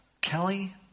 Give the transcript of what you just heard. Kelly